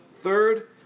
third